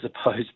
opposed